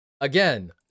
Again